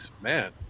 man